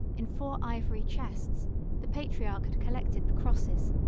in four ivory chests the patriarch had collected the crosses,